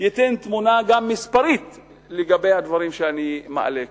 ייתן גם תמונה מספרית לגבי הדברים שאני מעלה כאן.